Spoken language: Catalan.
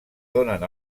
donen